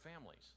families